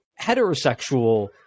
heterosexual